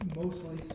mostly